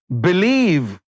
Believe